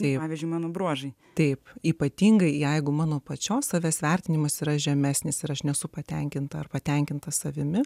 tai pavyzdžiui mano bruožai taip ypatingai jeigu mano pačios savęs vertinimas yra žemesnis ir aš nesu patenkinta ar patenkinta savimi